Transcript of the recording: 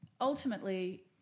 Ultimately